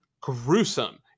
gruesome